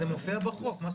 זה מופיע בחוק.